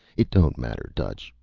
it don't matter, dutch.